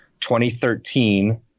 2013